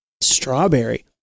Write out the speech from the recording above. Strawberry